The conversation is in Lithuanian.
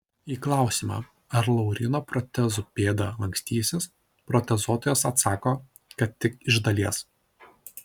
į klausimą ar lauryno protezų pėda lankstysis protezuotojas atsako kad tik iš dalies